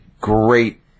great